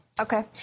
Okay